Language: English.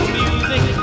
music